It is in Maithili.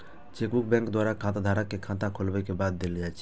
चेकबुक बैंक द्वारा खाताधारक कें खाता खोलाबै के बाद देल जाइ छै